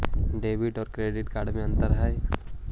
Debit और credit card में का अंतर हइ?